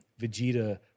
Vegeta